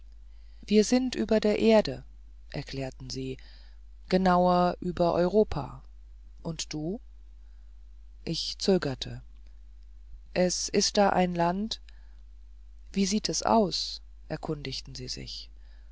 wir sind über der erde erklärten sie genauer über europa und du ich zögerte es ist da ein land wie sieht es aus erkundigten sie sich